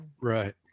right